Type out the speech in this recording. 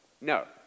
No